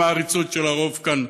עם העריצות של הרוב כאן.